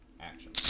action